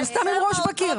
זה סתם עם ראש בקיר.